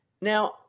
Now